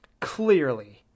Clearly